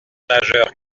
nageur